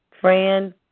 Fran